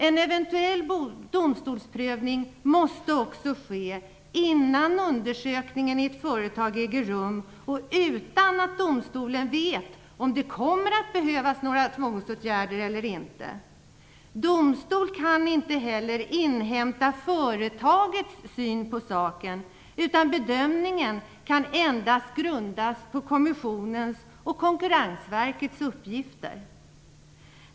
En eventuell domstolsprövning måste också ske innan undersökningen i ett företag äger rum och utan att domstolen vet om det kommer att behövas några tvångsåtgärder eller inte. Domstol kan inte heller inhämta företagets syn på saken, utan bedömningen kan endast grundas på kommissionens och Konkurrensverkets uppgifter.